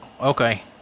Okay